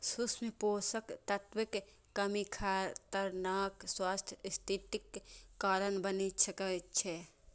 सूक्ष्म पोषक तत्वक कमी खतरनाक स्वास्थ्य स्थितिक कारण बनि सकै छै